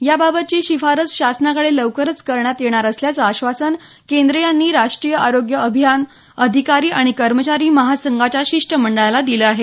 याबाबतची शिफारस शासनाकडे लवकरच करण्यात येणार असल्याचं आश्वासन केंद्रे यांनी राष्टीय आरोग्य अभियान अधिकारी आणि कर्मचारी महासंघाच्या शिष्टमंडळाला दिल आहे